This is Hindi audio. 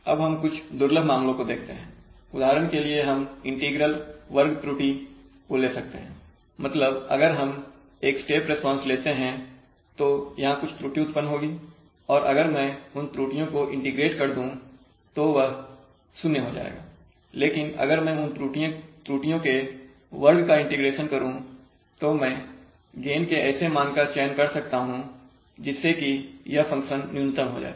अब हम कुछ दुर्लभ मामलों को देखते हैं उदाहरण के लिए हम इंटीग्रल वर्ग त्रुटि को ले सकते हैंमतलब अगर हम एक स्टेप रिस्पांस लेते हैं तो यहां कुछ त्रुटि उत्पन्न होगी और अगर मैं उन त्रुटियों को इंटीग्रेट कर दूं तो वह 0 हो जाएगा लेकिन अगर मैं उन त्रुटियों के वर्ग का इंटीग्रेशन करूं तो मैं गेन के ऐसे मान का चयन कर सकता हूं जिससे कि यह फंक्शन न्यूनतम हो जाए